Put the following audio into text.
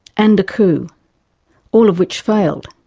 and a coup all of which failed,